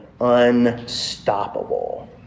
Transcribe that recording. unstoppable